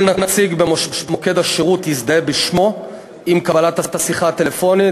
כל נציג במוקד השירות יזדהה בשמו עם קבלת השיחה הטלפונית,